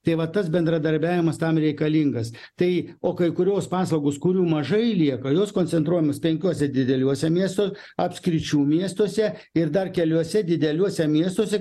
tai va tas bendradarbiavimas tam reikalingas tai o kai kurios paslaugos kurių mažai lieka jos koncentruojamos penkiuose dideliuose miestuos apskričių miestuose ir dar keliuose dideliuose miestuose